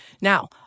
Now